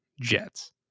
jets